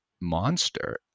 monster